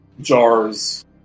jars